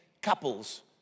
couples